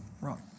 Wrong